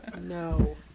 No